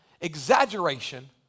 exaggeration